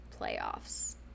playoffs